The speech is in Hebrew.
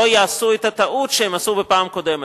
יעשו את הטעות שהן עשו בפעם הקודמת.